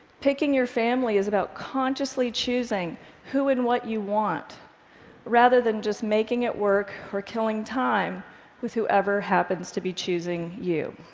picking your family is about consciously choosing who and what you want rather than just making it work or killing time with whoever happens to be choosing you.